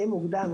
די מוקדם,